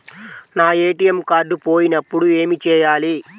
నా ATM card పోయినప్పుడు ఏమి చేయాలి?